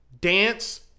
dance